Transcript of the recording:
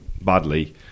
badly